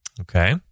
Okay